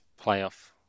playoff